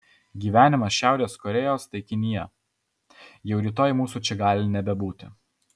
gyvenimas šiaurės korėjos taikinyje jau rytoj mūsų čia gali nebebūti